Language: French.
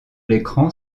l’écran